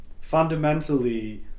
fundamentally